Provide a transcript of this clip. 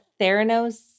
theranos